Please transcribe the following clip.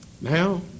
Now